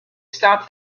stop